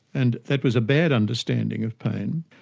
and that was a bad understanding of pain.